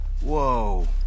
Whoa